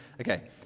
Okay